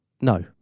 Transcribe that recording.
No